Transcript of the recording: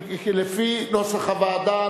לפי נוסח הוועדה.